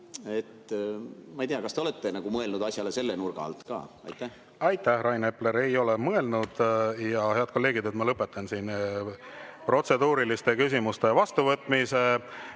Ma ei tea, kas te olete mõelnud asjale selle nurga alt ka. Aitäh, Rain Epler! Ei ole mõelnud. Head kolleegid, ma lõpetan protseduuriliste küsimuste vastuvõtmise